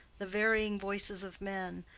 the varying voices of men,